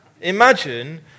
Imagine